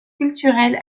culturelle